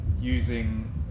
using